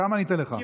כמה אני אתן לך?